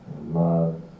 love